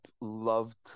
loved